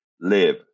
live